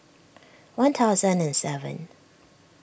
one thousand and seven